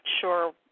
sure